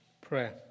prayer